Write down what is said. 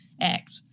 act